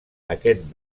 aquest